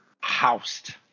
Housed